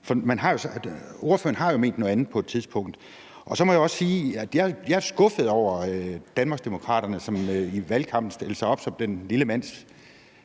For ordføreren har jo ment noget andet på et tidspunkt. Så må jeg også sige, at jeg er skuffet over Danmarksdemokraterne, som i valgkampen stillede sig op som den lille mands